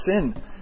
sin